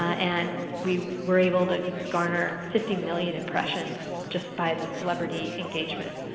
and we were able to garner fifty million impressions just by the celebrity engagement